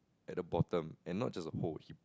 and the bottom and not just a hole he